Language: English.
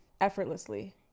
effortlessly